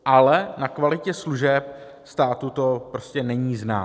Ale na kvalitě služeb státu to prostě není znát.